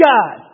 God